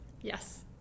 Yes